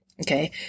Okay